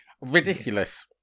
ridiculous